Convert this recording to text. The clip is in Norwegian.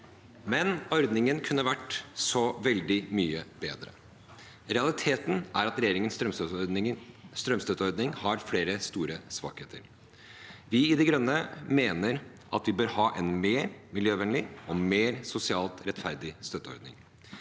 dag. Ordningen kunne likevel vært veldig mye bedre. Realiteten er at regjeringens strømstøtteordning har flere store svakheter. Vi i Miljøpartiet De Grønne mener at vi bør ha en mer miljøvennlig og mer sosialt rettferdig støtteordning.